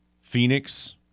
Phoenix